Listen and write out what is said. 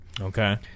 Okay